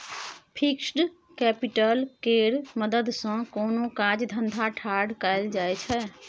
fixed capital केर मदद सँ कोनो काज धंधा ठाढ़ कएल जाइ छै